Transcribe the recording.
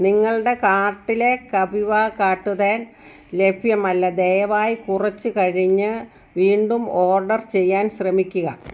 നിങ്ങളുടെ കാർട്ടിലെ കപിവ കാട്ടുതേൻ ലഭ്യമല്ല ദയവായി കുറച്ച് കഴിഞ്ഞ് വീണ്ടും ഓർഡർ ചെയ്യാൻ ശ്രമിക്കുക